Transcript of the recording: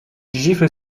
gifle